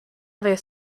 other